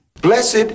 Blessed